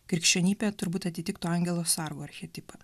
krikščionybė turbūt atitiktų angelo sargo archetipą